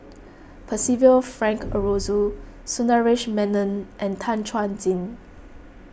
Percival Frank Aroozoo Sundaresh Menon and Tan Chuan Jin